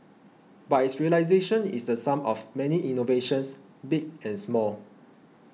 but its realisation is the sum of many innovations big and small